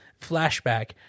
flashback